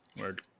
Word